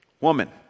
Woman